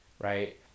Right